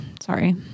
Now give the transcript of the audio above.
Sorry